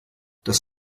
das